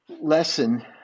lesson